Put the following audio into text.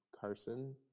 Carson